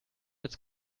jetzt